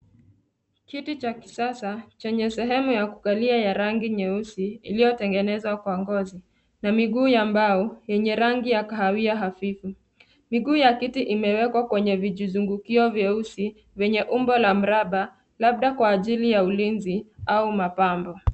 Kiti cha kisasa chenye sehemu ya kukalia ya rangi nyeusi iliyotengenezwa kwa ngozi na miguu ya mbao yenye rangi ya kahawia hafifu. Miguu ya kiti imewekwa kwenye vijizungukio vyeusi vyenye umbo la mraba, labda kwa ajili ya ulinzi au mapambo.